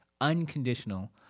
Unconditional